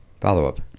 Follow-up